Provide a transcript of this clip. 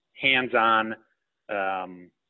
hands-on